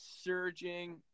surging